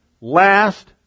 last